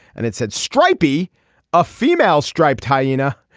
and it said stripy a female striped hyena.